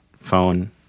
phone